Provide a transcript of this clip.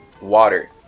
water